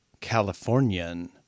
Californian